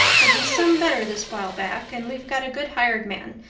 but he's some better this while back and we've got a good hired man,